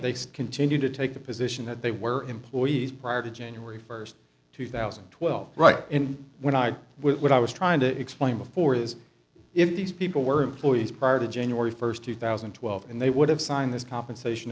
they continue to take the position that they were employees prior to january first two thousand and twelve right and when i had what i was trying to explain before is if these people were employees prior to january first two thousand and twelve and they would have signed this compensation